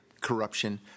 corruption